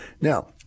Now